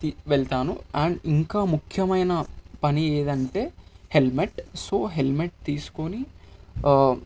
వెళ్తాను అండ్ ఇంకా ముఖ్యమైన పని ఏదంటే హెల్మెట్ సో హెల్మెట్ తీసుకొని